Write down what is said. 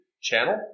channel